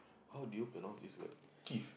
how do you pronounce this word kith